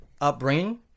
upbringing